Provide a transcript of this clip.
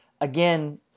Again